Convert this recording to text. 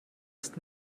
ist